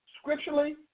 Scripturally